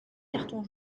cartons